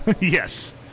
Yes